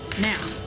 now